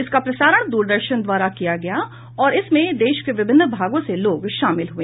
इसका प्रसारण द्रदर्शन द्वारा किया गया और इसमें देश के विभिन्न भागों से लोग शामिल हुए